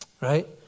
right